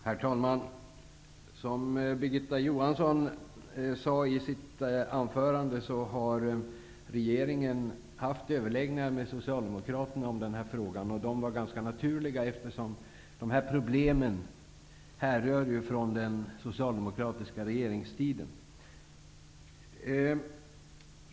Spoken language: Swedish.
Herr talman! Som Birgitta Johansson sade i sitt anförande har regeringen haft överläggningar med Socialdemokraterna om denna fråga. Det var naturligt, eftersom problemen härrör från den socialdemokratiska regeringstiden.